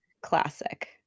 classic